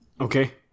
Okay